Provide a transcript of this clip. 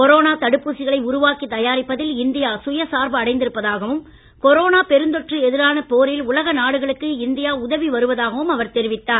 corona தடுப்பூசிகளை உருவாக்கித் தயாரிப்பதில் இந்தியா சுயசார்பு அடைந்திருப்பதாகவும் கொரோனா பெருந்தொற்றுக்கு எதிரான போரில் உலக நாடுகளுக்கு இந்தியா உதவி வருவதாகவும் அவர் தெரிவித்தார்